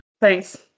thanks